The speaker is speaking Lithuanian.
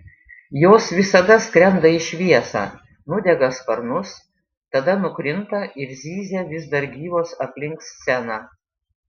jos visada skrenda į šviesą nudega sparnus tada nukrinta ir zyzia vis dar gyvos aplink sceną